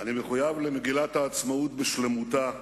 אני מחויב למגילת העצמאות בשלמותה,